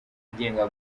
agenga